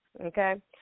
okay